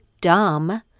dumb